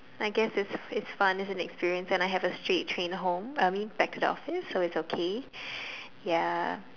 I guess it's it's fun it's an experience and I have a straight train home I mean back to the office so it's okay ya